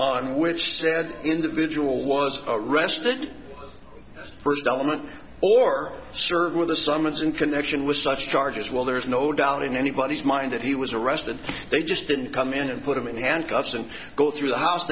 said individual was arrested first element or served with a summons in connection with such charges while there is no doubt in anybody's mind that he was arrested they just didn't come in and put him in handcuffs and go through the house